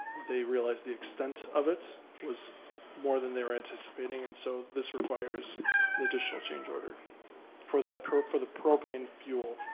they realized the extent of it was more than they were anticipating and so this requires an additional change order for the for the propane fuel.